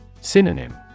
Synonym